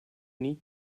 need